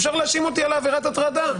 אפשר להאשים אותי על עבירת הטרדה.